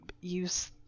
use